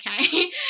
okay